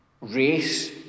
race